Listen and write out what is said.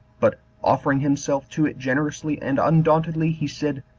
but, offering himself to it generously and undauntedly, he said,